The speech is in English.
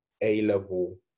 A-level